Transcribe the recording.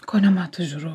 ko nemato žiūro